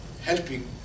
helping